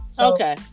Okay